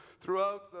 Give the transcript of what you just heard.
throughout